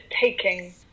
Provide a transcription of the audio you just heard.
taking